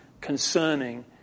concerning